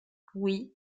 oui